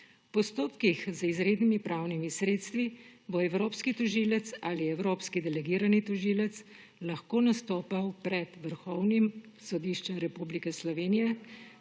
V postopkih z izrednimi pravnimi sredstvi bo evropskih tožilec ali evropski delegirani tožilec lahko nastopal pred Vrhovnim sodiščem Republike Slovenije,